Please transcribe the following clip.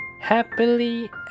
Happily